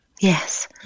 Yes